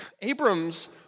Abram's